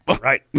Right